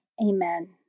Amen